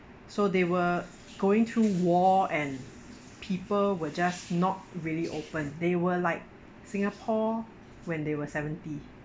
so they were going through war and people were just not really open they were like singapore when they were seventy